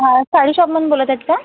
साडी शॉपमधून बोलत आहेत का